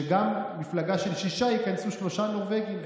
שגם במפלגה של שישה ייכנסו שלושה נורבגים,